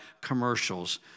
commercials